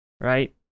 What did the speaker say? right